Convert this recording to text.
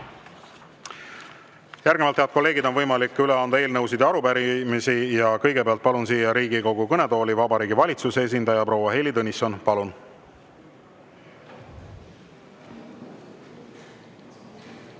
Järgnevalt, head kolleegid, on võimalik üle anda eelnõusid ja arupärimisi. Kõigepealt palun siia Riigikogu kõnetooli Vabariigi Valitsuse esindaja proua Heili Tõnissoni. Palun!